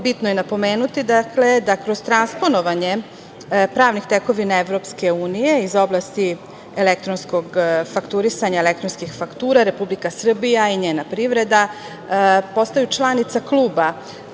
je napomenuti da kroz transponovanje pravnih tekovina EU iz oblasti elektronskog fakturisanja elektronskih faktura Republika Srbija i njena privreda postaju članica kluba